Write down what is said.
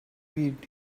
weed